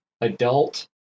adult